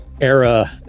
era